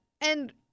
and-